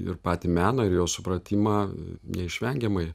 ir patį meną ir jo supratimą neišvengiamai